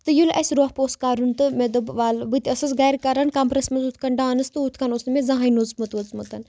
تہٕ ییٚلہِ اَسہِ روف اوس کَرُن تہٕ مےٚ دوٛپ وَلہِ بہٕ تہِ ٲسٕس گَرِ کَران کَمرَس مَنٛز ہُتھہٕ کَنۍ ڈانٕس ہُتھ کَنۍ اوس نہٕ مےٚ زٕہَنۍ نوژمُت ووژمُت